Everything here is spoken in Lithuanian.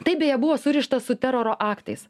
tai beje buvo surišta su teroro aktais